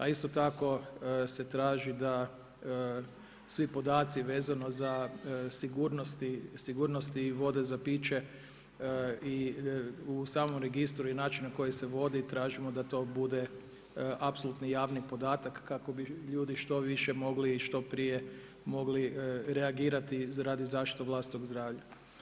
A isto tako se traži da svi podaci vezano za sigurnosti vode za piće i u samom registru i način na koji se vodi tražimo da to bude apsolutni javni podataka kako bi ljudi što više mogli i što prije mogli reagirati radi zaštite vlastitog zdravlja.